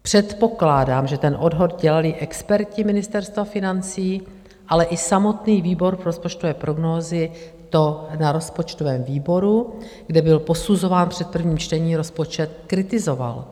Předpokládám, že ten odhad dělali experti Ministerstva financí, ale i samotný výbor pro rozpočtové prognózy to na rozpočtovém výboru, kde byl posuzován před prvním čtením rozpočet, kritizoval.